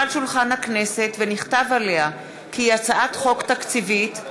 על שולחן הכנסת ונכתב עליה כי היא הצעת חוק תקציבית,